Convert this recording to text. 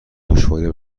دشواری